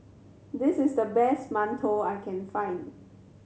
this is the best mantou I can find